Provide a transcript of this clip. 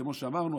כמו שאמרנו,